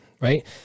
right